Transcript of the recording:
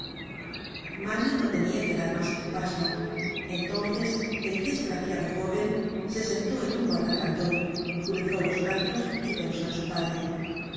mario no tenia que dar mas que un paso entonces el desgraciado jóven se sentó en un guarda canton cruzó los brazos y pensó en su padre